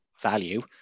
value